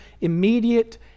immediate